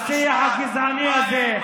השיח הגזעני הזה,